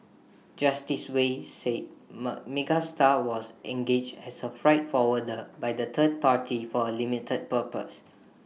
Justice Wei said ma Megastar was engaged as A freight forwarder by the third party for A limited purpose